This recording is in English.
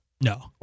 No